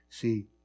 See